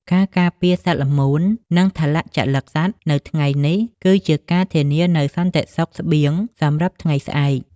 ការការពារសត្វល្មូន និងថលជលិកសត្វនៅថ្ងៃនេះ គឺជាការធានានូវសន្តិសុខស្បៀងសម្រាប់ថ្ងៃស្អែក។